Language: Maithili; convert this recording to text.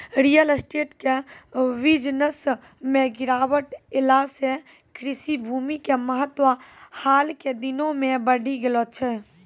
रियल स्टेट के बिजनस मॅ गिरावट ऐला सॅ कृषि भूमि के महत्व हाल के दिनों मॅ बढ़ी गेलो छै